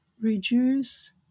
reduce